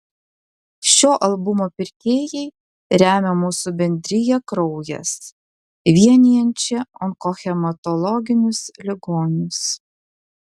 šio albumo pirkėjai remia mūsų bendriją kraujas vienijančią onkohematologinius ligonius